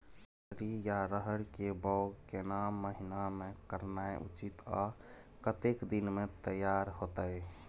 रहरि या रहर के बौग केना महीना में करनाई उचित आ कतेक दिन में तैयार होतय?